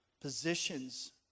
positions